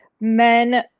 men